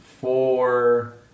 four